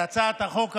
את הצעת החוק הזאת,